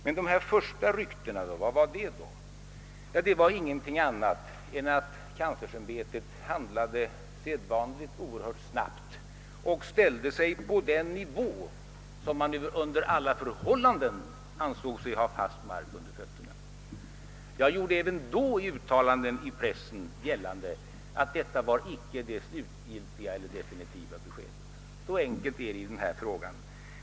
Men de här första ryktena, vad var det då? Det var ingenting annat än att kanslersämbetet handlade sedvanligt oerhört snabbt och ställde sig på den nivå, där man under alla förhållanden ansåg sig ha fast mark under fötterna. Jag gjorde även då i uttalanden i pressen gällande att detta var icke det slutgiltiga eller definitiva beskedet. Så enkelt har det gått till i denna fråga.